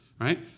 right